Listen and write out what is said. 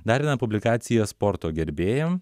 dar viena publikacija sporto gerbėjam